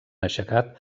aixecat